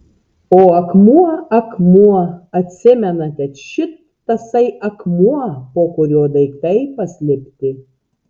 o akmuo akmuo atsimenate šit tasai akmuo po kuriuo daiktai paslėpti